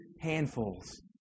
handfuls